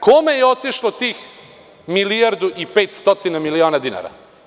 Kome je otišlo tih milijardu i 540 miliona dinara?